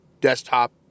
desktop